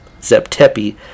Zeptepi